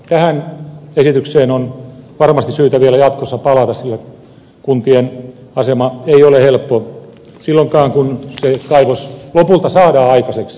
tähän esitykseen on varmasti syytä vielä jatkossa palata sillä kuntien asema ei ole helppo silloinkaan kun kaivos lopulta saadaan aikaiseksi